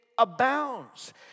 abounds